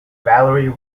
valerie